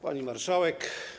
Pani Marszałek!